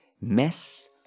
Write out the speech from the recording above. mess